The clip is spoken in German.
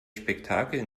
spektakel